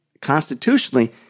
constitutionally